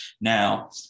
Now